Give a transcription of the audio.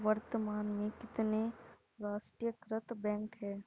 वर्तमान में कितने राष्ट्रीयकृत बैंक है?